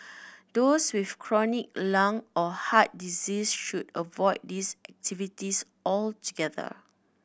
those with chronic lung or heart disease should avoid these activities altogether